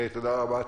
טליה, תודה רבה.